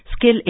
Skill